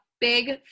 big